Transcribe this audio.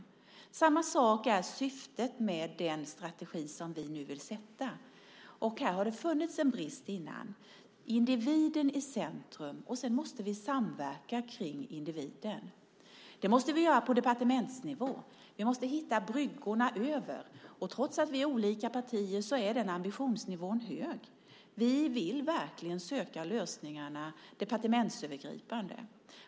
Det är samma sak med syftet med den strategi som vi nu vill sätta in. Här har det funnits en brist tidigare. Vi vill sätta individen i centrum, och sedan ska vi samverka kring individen. Det måste vi göra på departementsnivå. Vi måste hitta bryggorna över. Trots att vi är olika partier är den ambitionsnivån hög. Vi vill verkligen söka lösningarna departementsövergripande.